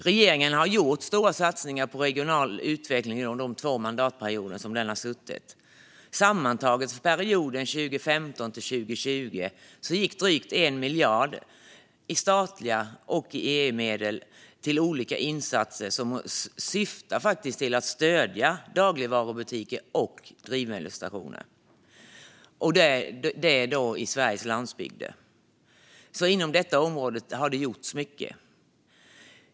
Regeringen har gjort stora satsningar på regional utveckling under de två mandatperioder som den har suttit. Sammantaget för perioden 2015-2020 gick drygt 1 miljard i statliga medel och EU-medel till olika insatser som syftar till att stödja dagligvarubutiker och drivmedelsstationer på Sveriges landsbygd. Inom detta område har det alltså gjorts mycket.